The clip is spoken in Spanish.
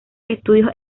estudios